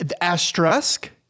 Asterisk